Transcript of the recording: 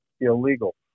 illegal